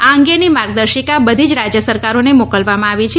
આ અંગેની માર્ગદર્શિકા બધી જ રાજ્ય સરકારોને મોકલવામાં આવી છે